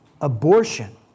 Abortion